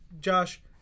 josh